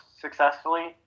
successfully